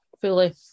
fully